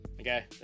Okay